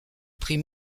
prix